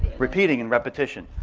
repeating and repetition.